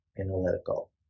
analytical